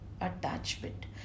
attachment